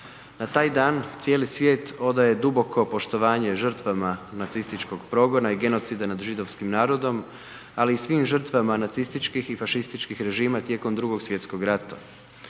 Na taj dan cijeli svijet odaje duboko poštovanje žrtvama nacističkog progona i genocida nad židovskim narodom, ali i svim žrtvama nacističkih i fašističkih režima tijekom Drugog svjetskog rata.